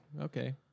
okay